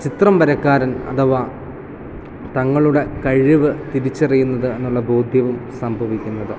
ചിത്രം വരക്കാരൻ അഥവാ തങ്ങളുടെ കഴിവ് തിരിച്ചറിയുന്നത് എന്നുള്ള ബോധ്യവും സംഭവിക്കുന്നത്